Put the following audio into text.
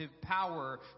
power